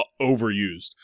overused